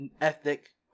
ethic